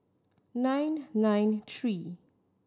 nine nine three